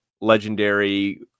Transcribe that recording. legendary